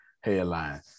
headline